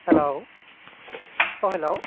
hello uh hello